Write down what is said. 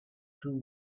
too